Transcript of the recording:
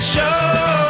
Show